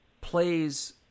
plays